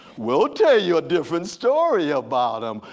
we'll tell you a different story about them.